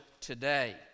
today